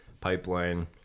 pipeline